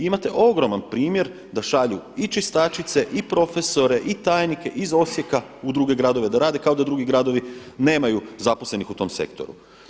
Imate ogroman primjer da šalju i čistačice, i profesore, i tajnike iz Osijeka u druge gradove da rade kao da drugi gradovi nemaju zaposlenih u tom sektoru.